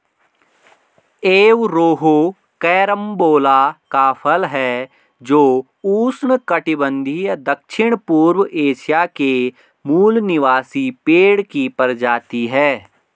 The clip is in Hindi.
एवरोहो कैरम्बोला का फल है जो उष्णकटिबंधीय दक्षिणपूर्व एशिया के मूल निवासी पेड़ की प्रजाति है